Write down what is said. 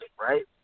right